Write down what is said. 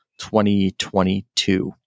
2022